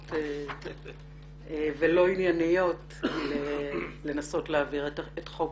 טובות ולא ענייניות לנסות להעביר את חוק